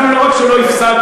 אנחנו לא רק שלא הפסדנו,